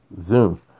Zoom